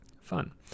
Fun